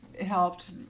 helped